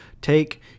Take